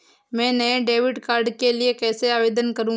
मैं नए debit card के लिए कैसे आवेदन करूं?